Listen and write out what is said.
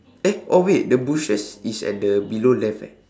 eh oh wait the bushes is at the below left eh